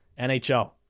NHL